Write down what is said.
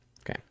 Okay